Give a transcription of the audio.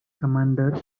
commander